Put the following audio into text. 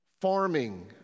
Farming